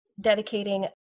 dedicating